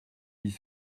dix